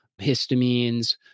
histamines